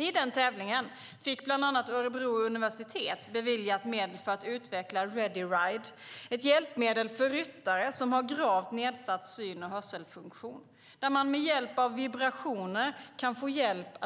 I den tävlingen fick bland annat Örebro universitet beviljat medel för att utveckla Ready Ride, ett hjälpmedel för ryttare som har gravt nedsatt syn och hörselfunktion, där man hjälp av vibrationer kan